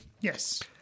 yes